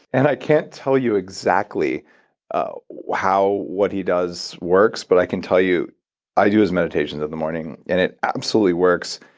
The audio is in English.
and i can't tell you exactly ah how what he does works, but i can tell you i do his meditations in the morning, and it absolutely works.